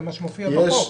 זה מה שמופיע בחוק.